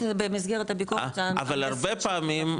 אבל הרבה פעמים,